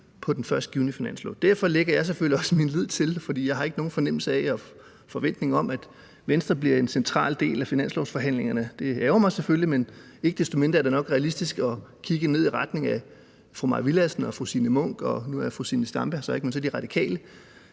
på den førstgivne finanslov. Derfor sætter jeg selvfølgelig også min lid til, for jeg har ikke nogen fornemmelse af og forventning om, at Venstre bliver en central del af finanslovsforhandlingerne, og det ærgrer mig selvfølgelig, men ikke desto mindre er det nok realistisk at kigge ned i retning af fru Mai Villadsen og fru Signe Munk, og nu er fru Zenia Stampe her så ikke, men så De Radikale,